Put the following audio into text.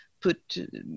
put